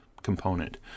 component